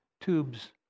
tubes